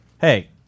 hey